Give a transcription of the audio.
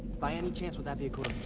by any chance would that